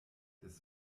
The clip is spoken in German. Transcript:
des